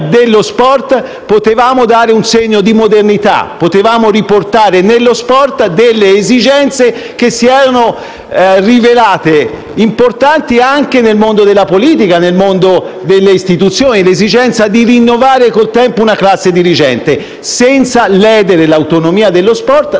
rivelatesi importanti anche nel mondo della politica e delle istituzioni; l'esigenza di rinnovare col tempo una classe digerente, senza ledere l'autonomia dello sport e metterlo in difficoltà. Le federazioni sportive sono certo importanti, così come sono importanti tutte le organizzazioni